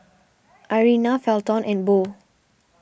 Irena Felton and Bo